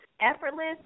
effortless